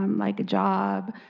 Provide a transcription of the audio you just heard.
um like a job,